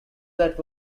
that